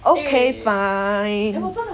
okay fine